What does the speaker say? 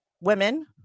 women